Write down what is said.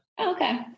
Okay